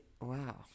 Wow